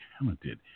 talented